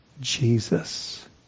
Jesus